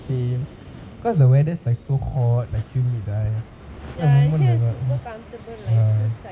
same cause the weather's like so hot like humid right one moment ya